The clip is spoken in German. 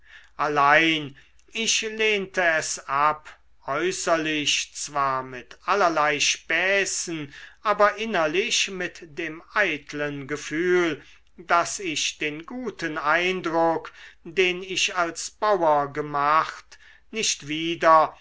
allein ich lehnte es ab äußerlich zwar mit allerlei späßen aber innerlich mit dem eitlen gefühl daß ich den guten eindruck den ich als bauer gemacht nicht wieder